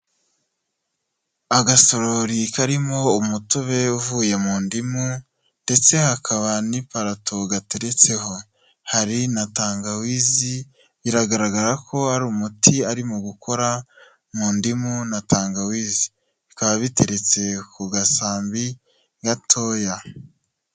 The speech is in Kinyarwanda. Agasorori karimo umutobe uvuye mu ndimu ndetse hakaba n'iparato gateretseho, hari na tangawizi, biragaragara ko ari umuti arimo gukora mu ndimu na tangawizi, bikaba biteretse ku gasambi gatoya.